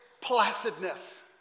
placidness